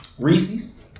Reese's